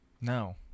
No